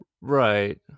Right